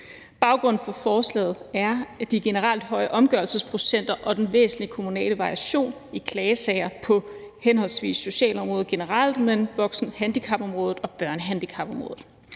Baggrunden for forslaget er de generelt høje omgørelsesprocenter og den væsentlige kommunale variation i klagesager på henholdsvis socialområdet generelt og voksenhandicapområdet